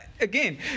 again